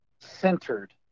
centered